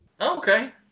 Okay